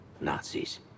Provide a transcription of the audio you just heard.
Nazis